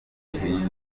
ibindi